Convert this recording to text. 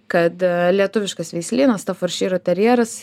kad lietuviškas veislynas stafordšyro terjeras